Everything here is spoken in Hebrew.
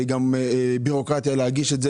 הרבה זמן ולא היה לוקח להם בירוקרטיה להגיש את זה,